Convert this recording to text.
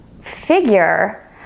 figure